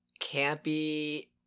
campy